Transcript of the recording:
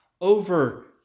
over